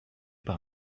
par